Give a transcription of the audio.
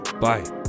Bye